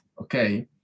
okay